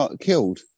killed